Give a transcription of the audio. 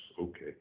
Okay